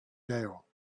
gale